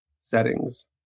settings